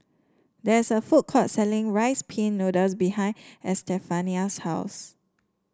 there is a food court selling Rice Pin Noodles behind Estefania's house